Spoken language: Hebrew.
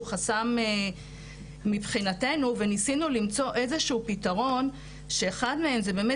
חסם מבחינתנו וניסינו למצוא איזה שהוא פתרון שאחד מהם הוא באמת